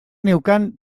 neukan